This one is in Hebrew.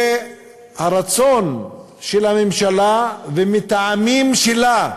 והרצון של הממשלה, ומטעמים שלה,